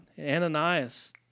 Ananias